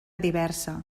diversa